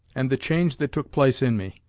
and the change that took place in me.